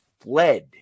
fled